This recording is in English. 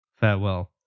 farewell